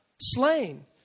Slain